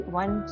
one